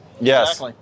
Yes